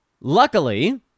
Luckily